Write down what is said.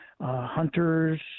hunters